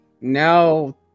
now